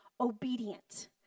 obedient